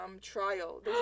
trial